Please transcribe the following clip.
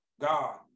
God